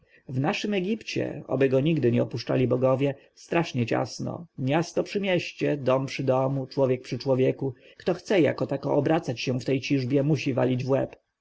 w naszym egipcie oby go nigdy nie opuszczali bogowie strasznie ciasno miasto przy mieście dom przy domu człowiek przy człowieku kto chce jako tako obracać się w tej ciżbie musi walić w łeb